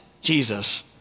Jesus